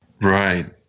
Right